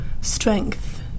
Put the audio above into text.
strength